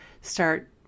start